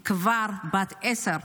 היא כבר בת עשר.